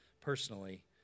personally